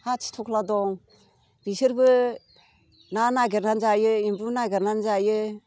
हाथिदग्ला दं बिसोरबो ना नागिरनानै जायो एम्बु नागिरनानै जायो